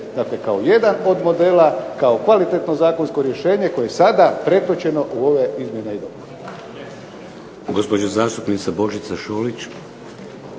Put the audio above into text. dakle kao jedan od modela, kao kvalitetno zakonsko rješenje koje je sada pretočeno u ove izmjene i dopune.